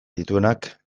dituenak